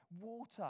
water